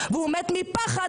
והוא מת מפחד,